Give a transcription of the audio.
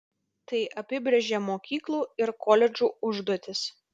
tai apibrėžia mokyklų ir koledžų užduotis